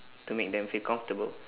to make them feel comfortable